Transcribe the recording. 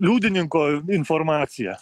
liudininko informacija